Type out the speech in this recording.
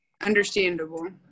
Understandable